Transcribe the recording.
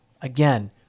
Again